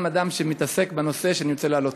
אדם שמתעסק בנושא שאני רוצה להעלות.